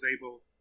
able